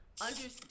understand